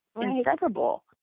inseparable